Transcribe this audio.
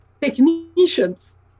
technicians